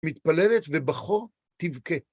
מתפללת ובכו תבכה.